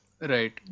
Right